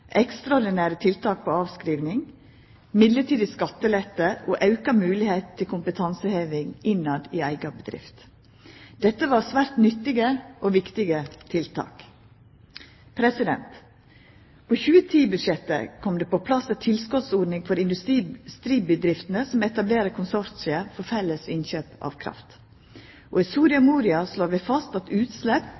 avskriving, mellombels skattelette og auka mogelegheit til kompetanseheving innafor eiga bedrift. Dette var svært nyttige og viktige tiltak. På 2010-budsjettet kom det på plass ei tilskotsordning for industribedrifter som etablerer konsortium for felles innkjøp av kraft. Og i Soria Moria-erklæringa slår vi fast at utslepp